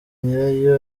nyirayo